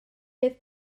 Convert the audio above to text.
bydd